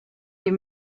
les